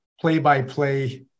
play-by-play